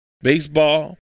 Baseball